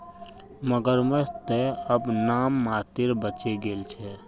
मगरमच्छ त अब नाम मात्रेर बचे गेल छ